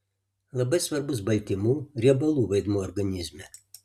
labai svarbus baltymų riebalų vaidmuo organizme